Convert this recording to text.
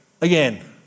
again